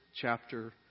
chapter